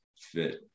fit